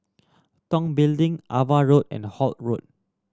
Tong Building Ava Road and Holt Road